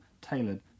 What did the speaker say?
tailored